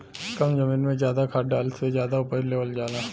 कम जमीन में जादा खाद डाल के जादा उपज लेवल जाला